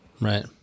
Right